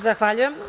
Zahvaljujem.